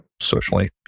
socially